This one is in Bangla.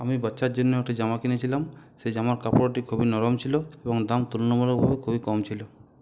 আমি বাচ্চার জন্য একটা জামা কিনেছিলাম সেই জামার কাপড়টি খুবই নরম ছিল এবং দাম তুলনামূলকভাবে খুবই কম ছিল